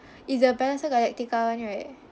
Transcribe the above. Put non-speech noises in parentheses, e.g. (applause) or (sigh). (breath) it's a battle star galactica [one] right